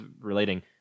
relating